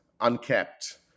unkept